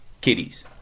kitties